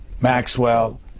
Maxwell